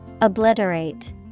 Obliterate